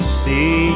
see